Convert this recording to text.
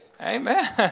Amen